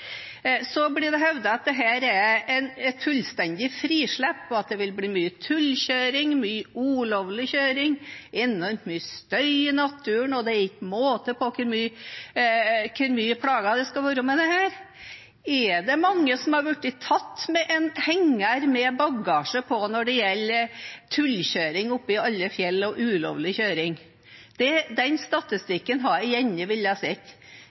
blir hevdet at dette er et fullstendig frislipp, og at det vil bli mye tullekjøring, mye ulovlig kjøring og enormt mye støy i naturen. Det er ikke måte på hvor mange plager det skal bli med dette. Er det mange som har blitt tatt for tullekjøring og ulovlig kjøring – oppi alle fjell og med en henger med bagasje på? Den statistikken hadde jeg gjerne villet se. I min kommune er det